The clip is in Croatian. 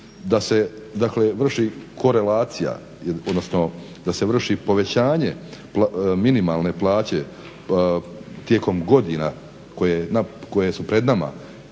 dakle vrši korelacija, odnosno da se vrši povećanje minimalne plaće tijekom godina koje su pred nama,